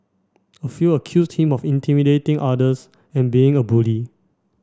a few accused him of intimidating others and being a bully